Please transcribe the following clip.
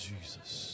Jesus